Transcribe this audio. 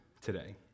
today